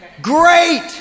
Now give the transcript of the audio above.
Great